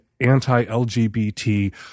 anti-LGBT